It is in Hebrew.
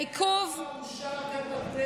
תקציב 2024 אושר כאן בכנסת בשנה שעברה,